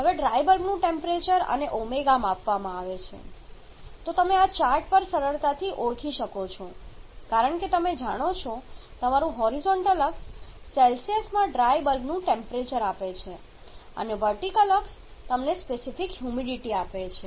હવે ડ્રાય બલ્બનું ટેમ્પરેચર અને ω આપવામાં આવે છે તો તમે આ ચાર્ટ પર સરળતાથી ઓળખી શકો છો કારણ કે તમે જાણો છો તમારું હોરિઝોન્ટલ અક્ષ સેલ્સિયસમાં ડ્રાય બલ્બનું ટેમ્પરેચર આપે છે અને વર્ટિકલ અક્ષ તમને સ્પેસિફિક હ્યુમિડિટી આપે છે